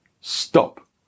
stop